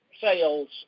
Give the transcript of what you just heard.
sales